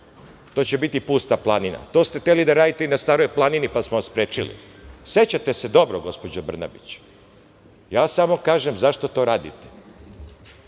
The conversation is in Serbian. To će biti pusta planina. To ste hteli da radite i na Staroj Planini, pa smo vas sprečili. Sećate se dobro gospođo Brnabić. Ja samo kažem – zašto to radite? Jel